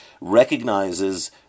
recognizes